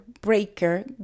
Breaker